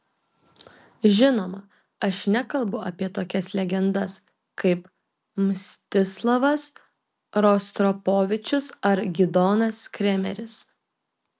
žinoma aš nekalbu apie tokias legendas kaip mstislavas rostropovičius ar gidonas kremeris